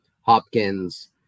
Hopkins